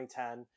2010